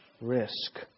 risk